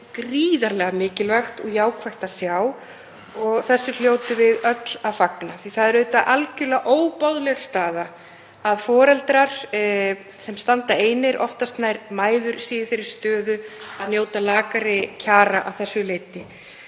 gríðarlega mikilvægt og jákvætt að sjá og þessu hljótum við öll að fagna því það er auðvitað algerlega óboðleg staða að foreldrar sem standa einir, oftast nær mæður, séu í þeirri stöðu að njóta lakari kjara að þessu leyti.